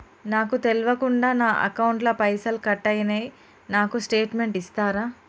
నాకు తెల్వకుండా నా అకౌంట్ ల పైసల్ కట్ అయినై నాకు స్టేటుమెంట్ ఇస్తరా?